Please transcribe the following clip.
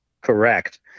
Correct